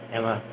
Emma